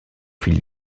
fil